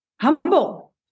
humble